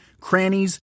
crannies